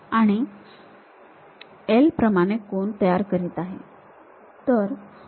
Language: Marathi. आणि L प्रमाणे कोन तयार करीत आहे